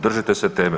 Držite se teme.